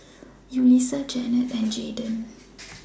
Yulisa Janet and Jayden